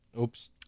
Oops